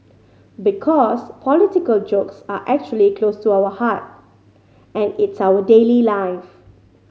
because political jokes are actually close to our heart and it's our daily life